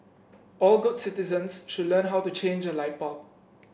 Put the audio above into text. all good citizens should learn how to change a light bulb